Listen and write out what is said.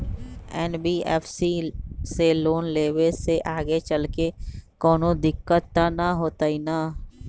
NBFC से loan लेबे से आगेचलके कौनो दिक्कत त न होतई न?